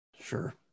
Sure